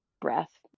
breath